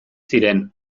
ziren